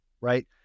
right